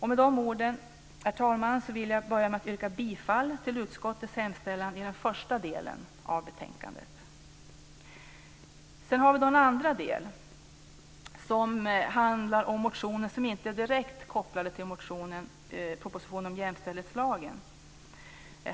Med de orden, herr talman, vill jag börja med att yrka bifall till utskottets hemställan i den första delen av betänkandet. Sedan har vi en andra del som handlar om motioner som inte är direkt kopplade till propositionen om jämställdhetslagen.